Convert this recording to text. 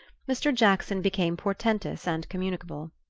mr. jackson became portentous and communicable.